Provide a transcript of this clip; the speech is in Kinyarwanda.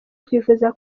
twifuza